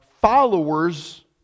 followers